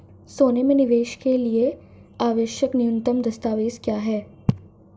सोने में निवेश के लिए आवश्यक न्यूनतम दस्तावेज़ क्या हैं?